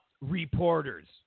reporters